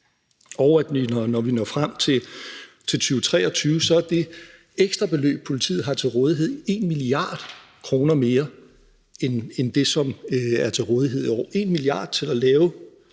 når vi når frem til 2023, er det ekstra beløb, politiet har til rådighed, 1 mia. kr. mere end det, som er til rådighed i år